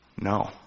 No